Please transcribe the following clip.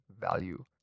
value